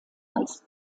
als